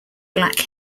black